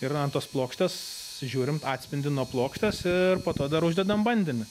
ir ant tos plokštės žiūrim atspindį nuo plokštės ir po to dar uždedam bandinį